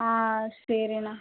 ஆ சரிண்ணா